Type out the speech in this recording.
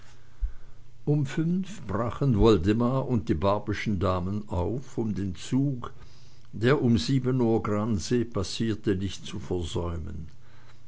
um fünf uhr brachen woldemar und die barbyschen damen auf um den zug der um sieben uhr gransee passierte nicht zu versäumen